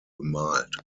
bemalt